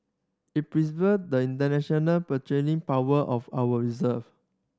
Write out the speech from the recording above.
it the international power of our reserve